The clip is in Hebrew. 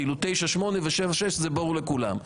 כאילו 9-8 ו-7-6 זה ברור לכולם.